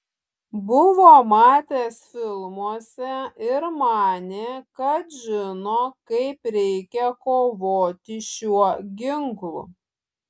buvo matęs filmuose ir manė kad žino kaip reikia kovoti šiuo ginklu